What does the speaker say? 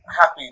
Happy